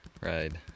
ride